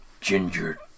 Ginger